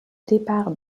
départ